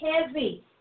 heavy